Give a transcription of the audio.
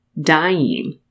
dying